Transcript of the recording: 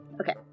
Okay